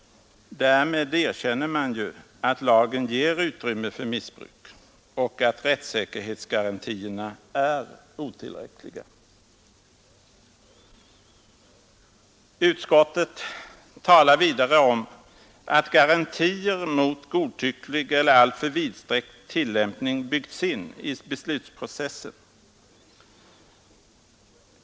Därmed erkänner man ju att lagen ger utrymme för missbruk och att rättssäkerhetsgarantierna är otillräckliga. Utskottet talar vidare om att garantier mot godtycklig eller alltför vidsträckt tillämpning byggts in i beslutsprocessen.